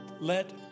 Let